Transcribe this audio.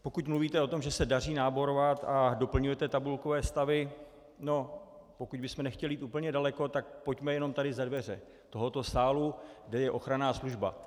Pokud mluvíte o tom, že se daří náborovat a doplňujete tabulkové stavy, no pokud bychom nechtěli jít úplně daleko, tak pojďme jenom tady za dveře tohoto sálu, kde je ochranná služba.